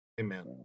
Amen